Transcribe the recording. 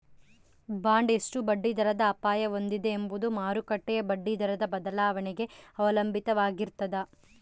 bond ಎಷ್ಟು ಬಡ್ಡಿದರದ ಅಪಾಯ ಹೊಂದಿದೆ ಎಂಬುದು ಮಾರುಕಟ್ಟೆಯ ಬಡ್ಡಿದರದ ಬದಲಾವಣೆಗೆ ಅವಲಂಬಿತವಾಗಿರ್ತದ